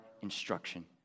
instruction